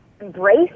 embrace